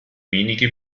wenige